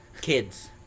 kids